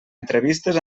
entrevistes